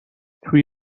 توی